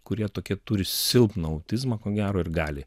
kurie tokie turi silpną autizmą ko gero ir gali